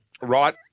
Right